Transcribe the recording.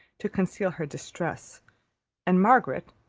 to conceal her distress and margaret,